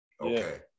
Okay